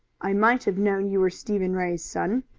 i might have known you were stephen ray's son,